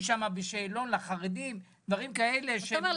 בשאלון לחרדים דברים כאלה -- אתה אומר,